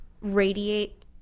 radiate